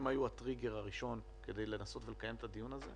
הם היו הטריגר הראשון לנסות ולקיים את הדיון הזה,